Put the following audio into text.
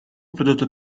prodotto